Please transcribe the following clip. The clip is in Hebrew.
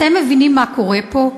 אתם מבינים מה קורה פה?